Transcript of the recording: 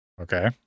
Okay